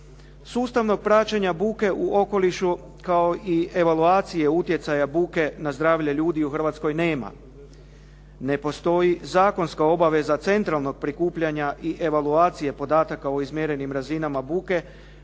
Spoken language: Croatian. Sustavnog praćenja buke u okolišu kao i evaloacije utjecaja buke na zdravlje ljudi u Hrvatskoj nema. Ne postoji zakonska obaveza centralnog prikupljanja i evaloacije podataka o izmjerenim razinama buke,